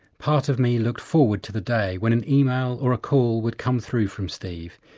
part of me looked forward to the day when an email or a call would come through from steve,